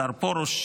השר פרוש,